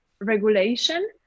regulation